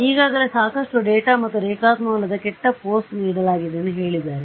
ಈಗಾಗಲೇ ಸಾಕಷ್ಟು ಡೇಟಾ ಮತ್ತು ರೇಖಾತ್ಮಕವಲ್ಲದಕೆಟ್ಟ ಪೋಸ್ ನೀಡಲಾಗಿದೆ ಎಂದು ಹೇಳಿದ್ದಾರೆ